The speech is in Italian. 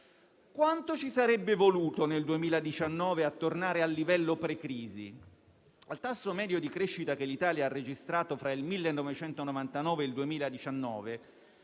Quanto ci sarebbe voluto, nel 2019, a tornare al livello pre-crisi? Al tasso medio di crescita che l'Italia ha registrato fra il 1999 e il 2019,